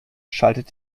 schaltet